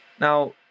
Now